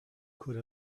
could